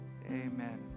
Amen